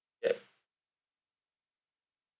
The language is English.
yup